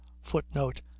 Footnote